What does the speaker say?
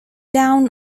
down